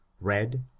red